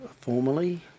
formally